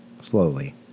slowly